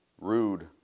rude